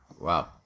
Wow